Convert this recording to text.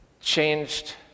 changed